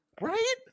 right